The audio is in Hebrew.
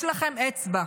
יש לכם אצבע,